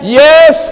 yes